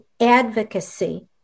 advocacy